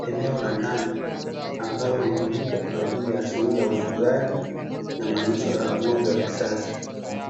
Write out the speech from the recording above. Eneo la ndani ambalo hutumika kwa ajili ya shughuli ya ufugaji na malisho ya ng`ombe wakisasa.